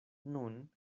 nun